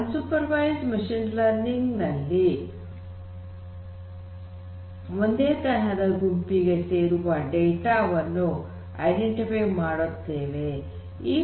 ಅನ್ super ವೈಸ್ಡ್ machine learning ನಲ್ಲಿ ಒಂದೇ ತರಹದ ಗುಂಪಿಗೆ ಸೇರುವ ಡೇಟಾ ವನ್ನು ಗುರುತಿಸುತ್ತೇವೆ